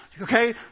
okay